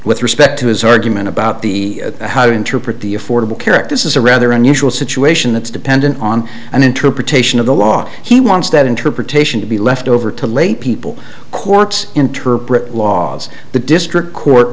with respect to his argument about the how to interpret the affordable care act this is a rather unusual situation that's dependent on an interpretation of the law he wants that interpretation to be left over to lay people courts interpret laws the district court